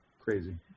Crazy